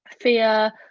fear